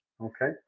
Okay